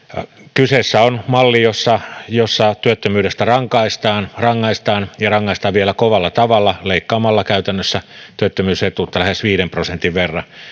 kyseessä on malli jossa jossa työttömyydestä rangaistaan rangaistaan ja rangaistaan vielä kovalla tavalla leikkaamalla käytännössä työttömyysetuutta lähes viiden prosentin verran